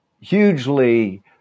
hugely